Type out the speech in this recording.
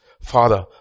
Father